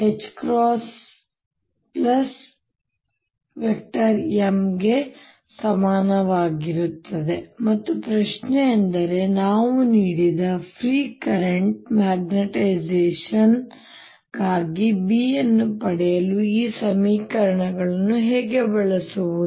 B 0HM ಮತ್ತು ಪ್ರಶ್ನೆಯೆಂದರೆ ನಾವು ನೀಡಿದ ಫ್ರೀ ಕರೆಂಟ್ ಮ್ಯಾಗ್ನೆಟೈಸೇಶನ್ಗಾಗಿ B ಅನ್ನು ಪಡೆಯಲು ಈ ಸಮೀಕರಣಗಳನ್ನು ಹೇಗೆ ಬಳಸುವುದು